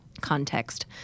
context